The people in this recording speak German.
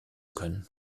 können